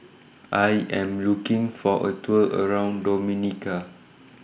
I Am looking For A Tour around Dominica